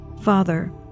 Father